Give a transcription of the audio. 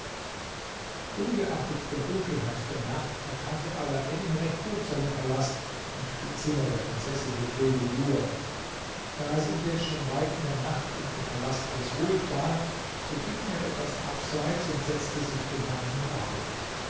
ungeachtet der dunkelheit der nacht erkannte alaeddin recht gut seinen palast und die zimmer der prinzessin bedrulbudur da es indes schon weit in der nacht und im palast alles ruhig war so ging er etwas abseits und setzte sich unter einen baum